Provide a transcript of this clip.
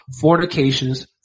fornications